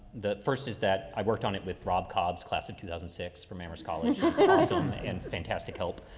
the first is that i worked on it with rob cobb's, class of two thousand and six from amherst college so um ah and fantastic help.